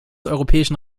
europäischen